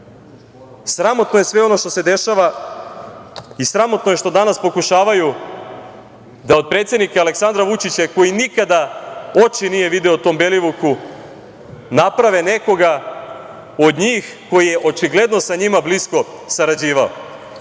Sramotno je sve ono što se dešava i sramotno je što danas pokušavaju da od predsednika Aleksandra Vučića, koji nikada oči nije video tom Belivuku, naprave nekoga od njih, koji je očigledno sa njima blisko sarađivao. Uveren